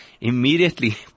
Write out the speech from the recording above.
immediately